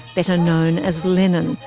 better known as lenin,